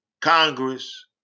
Congress